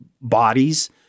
bodies